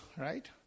right